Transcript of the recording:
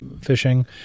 fishing